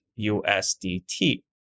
usdt